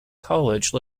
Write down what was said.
college